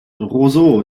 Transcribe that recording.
roseau